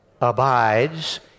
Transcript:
abides